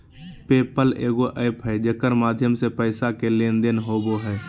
पे पल एगो एप्प है जेकर माध्यम से पैसा के लेन देन होवो हय